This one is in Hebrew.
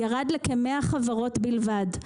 ירד לכמאה חברות בלבד,